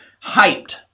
hyped